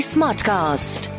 Smartcast